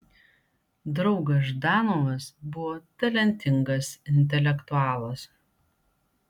draugas ždanovas buvo talentingas intelektualas